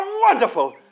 wonderful